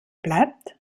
bleibt